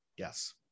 Yes